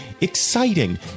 exciting